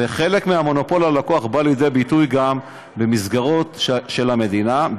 וחלק מהמונופול על הכוח בא לידי ביטוי גם במסגרות של המדינה,